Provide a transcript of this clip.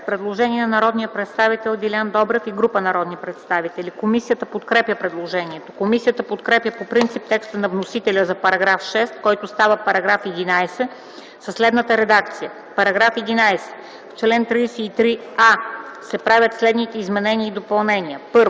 предложение на народния представител Делян Добрев и група народни представители. Комисията подкрепя предложението. Комисията подкрепя по принцип текста на вносителя за § 6, който става § 11 със следната редакция: „§ 11. В чл. 33а се правят следните изменения и допълнения: 1.